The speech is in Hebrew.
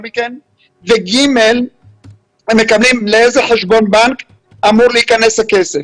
מכן והם מקבלים לאיזה חשבון בנק אמור להיכנס הכסף.